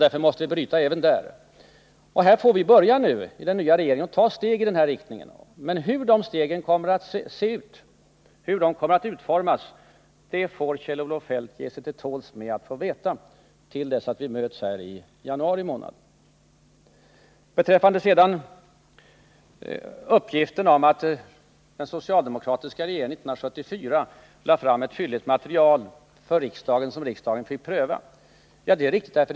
Därför måste vi bryta även utgiftstrenden. Nr 38 Nu får vi i den nya regeringen börja ta steg i den här riktningen. Men hur de Tisdagen den stegen kommer att utformas får Kjell-Olof Feldt ge sig till tåls med att få veta 27 november 1979 till dess att vi möts här i januari månad. Uppgiften att den socialdemokratiska regeringen 1974 lade fram ett fylligt material, som riksdagen fick pröva, är riktig.